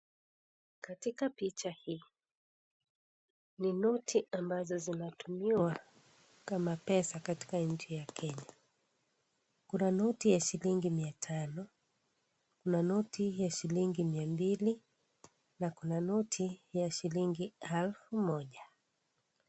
Katika picha hii ni noti ambazo zinatumiwa kama pesa katika nchi ya Kenya. Kuna noti ya shilingi mia tano, kuna noti ya shilingi mia mbili na kuna noti ya shilingi elfu moja.